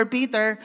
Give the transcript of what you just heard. Peter